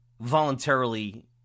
voluntarily